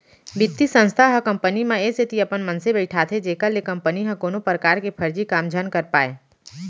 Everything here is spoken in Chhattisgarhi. बित्तीय संस्था ह कंपनी म ए सेती अपन मनसे बइठाथे जेखर ले कंपनी ह कोनो परकार के फरजी काम झन कर पाय